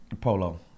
Polo